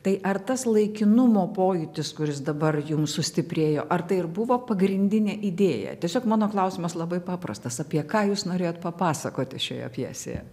tai ar tas laikinumo pojūtis kuris dabar jum sustiprėjo ar tai ir buvo pagrindinė idėja tiesiog mano klausimas labai paprastas apie ką jūs norėjot papasakoti šioje pjesėje